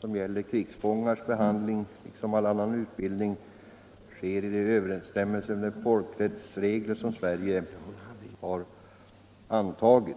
som gäller krigsfångars behandling —- liksom all annan utbildning — sker i överensstämmelse med folkrättsregler som Sverige har antagit.